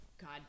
god